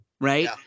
Right